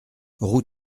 rue